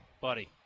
buddy